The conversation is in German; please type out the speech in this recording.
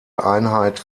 einheit